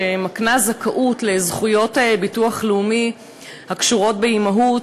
שמקנה זכאות לזכויות ביטוח לאומי הקשורות באימהות,